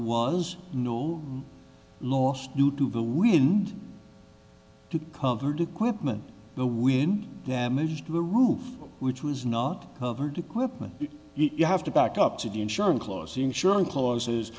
was no loss due to the wind two covered equipment the wind damage to the roof which was not covered equipment you have to back up to the insurance laws insuring clauses